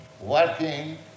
working